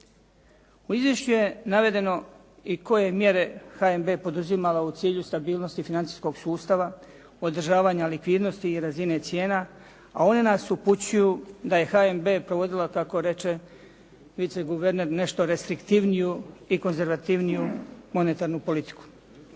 U izvješću je navedeno i koje je mjere HNB poduzimala u cilju stabilnosti financijskog sustava, održavanja likvidnosti i razine cijena, a one nas upućuju da je HNB provodila, kako reče viceguverner, nešto restriktivniju i konzervativniju monetarnu politiku.